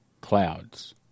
clouds